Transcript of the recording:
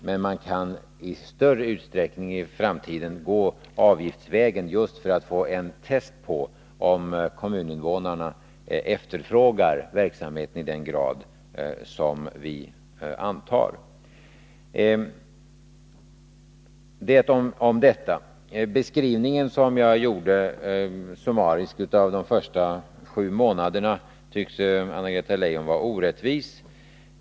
Men man kan i framtiden i större utsträckning gå avgiftsvägen, just för att få en test på om kommuninvånarna efterfrågar verksamheten i den grad som vi antar. Den summariska beskrivning som jag gjorde av den socialdemokratiska regeringens första sju månader tyckte Anna-Greta Leijon var orättvis.